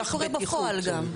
זה מה שקורה בפועל גם.